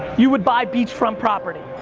you would buy beachfront property.